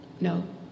No